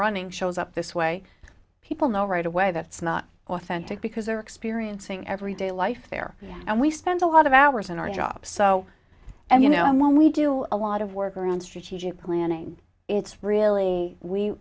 running shows up this way people know right away that's not authentic because they're experiencing everyday life there and we spend a lot of hours in our jobs so and you know when we do a lot of work around strategic planning it's really we